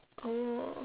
oh